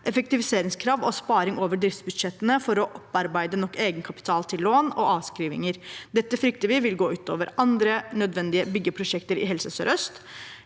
effektiviseringskrav og sparing over driftsbudsjettene for å opparbeide nok egenkapital til lån og avskrivninger. Dette frykter vi vil gå ut over andre nødvendige byggeprosjekter i Helse Sør-Øst.